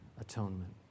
atonement